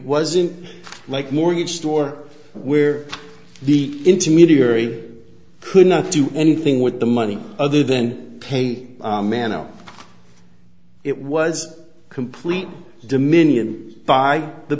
wasn't like mortgage store where the intermediary could not do anything with the money other than pay manno it was complete dominion by the